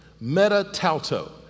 meta-tauto